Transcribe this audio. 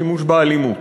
לשימוש באלימות.